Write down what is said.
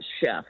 chef